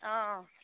অঁ অঁ